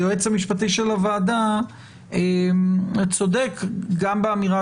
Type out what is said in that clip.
היועץ המשפטי של הוועדה צודק גם באמירה